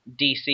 dc